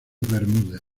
bermúdez